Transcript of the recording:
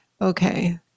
Okay